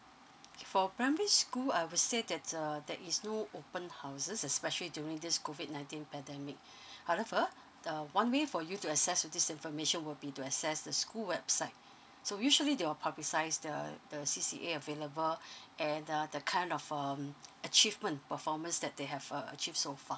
for primary school I would say that err that is no open houses especially during this COVID nineteen pandemic however uh one way for you to assess all this information will be to access the school website so usually they will publicise the the C_C_A available and uh the kind of um achievement performance that they have err achieve so far